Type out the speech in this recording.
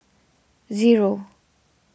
zero